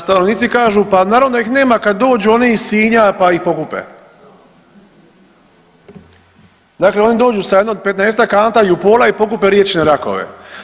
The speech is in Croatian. Stanovnici kažu pa naravno da ih nema kad dođu oni iz Sinja pa ih pokupe, dakle oni dođu sa jedno 15-ak kanta Jupola i pokupe riječne rakove.